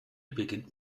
beginnt